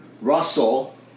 Russell